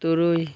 ᱛᱩᱨᱩᱭ